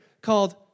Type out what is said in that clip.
called